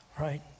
right